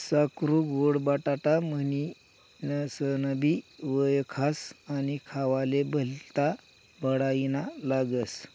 साकरु गोड बटाटा म्हनीनसनबी वयखास आणि खावाले भल्ता बडाईना लागस